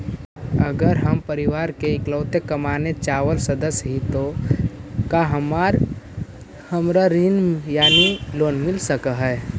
अगर हम परिवार के इकलौता कमाने चावल सदस्य ही तो का हमरा ऋण यानी लोन मिल सक हई?